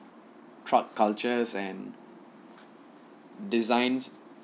truck cultures and designs